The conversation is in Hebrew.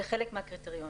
זה חלק מהקריטריון.